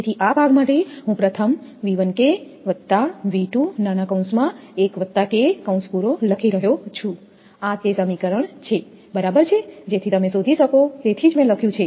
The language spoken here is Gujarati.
તેથી આ ભાગ માટે હું પ્રથમ લખી રહ્યો છું આ તે સમીકરણ છે બરાબર છે જેથી તમે શોધી શકો તેથી જ મેં લખ્યું છે